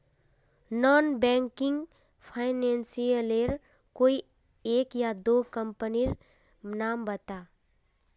Non banking financial लेर कोई एक या दो कंपनी नीर नाम बता?